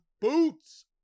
boots